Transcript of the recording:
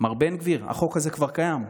מר בן גביר, החוק הזה כבר קיים.